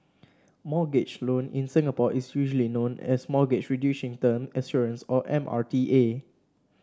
mortgage loan in Singapore is usually known as Mortgage Reducing Term Assurance or M R T A